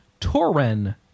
Torren